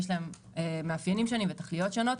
יש להם מאפיינים שונים ותכליות שונות.